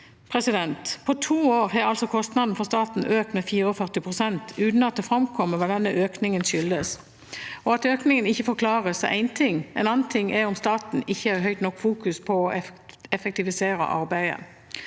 På to år har altså kostnaden for staten økt med 44 pst., uten at det framkommer hva denne økningen skyldes. At økningen ikke forklares, er én ting, en annen ting er om staten i stor nok grad fokuserer på å effektivisere arbeidet.